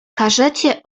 każecie